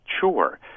Sure